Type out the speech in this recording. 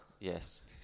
Yes